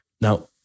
Now